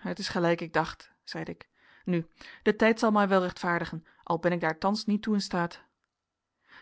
het is gelijk ik dacht zeide ik nu de tijd zal mij wel rechtvaardigen al ben ik daar thans niet toe in staat